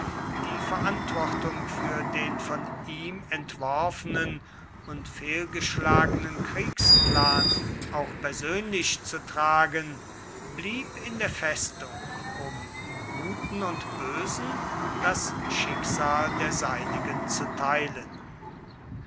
die verantwortung für den von ihm entworfenen und fehlgeschlagenen kriegsplan auch persönlich zu tragen blieb in der festung um im guten und bösen das schicksal der seinigen zu teilen